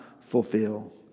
fulfill